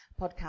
podcast